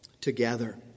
together